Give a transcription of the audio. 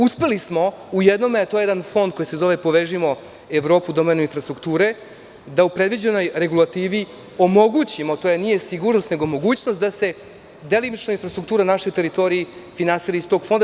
Uspeli smo u jednome, a to je jedan Fond koji se zove „Povežimo Evropu u domenu infrastrukture“, da u predviđenoj regulativi omogućimo, to nije sigurnost, nego mogućnost da se delimična infrastruktura naših teritoriji finansira iz tog fonda.